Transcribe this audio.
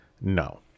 no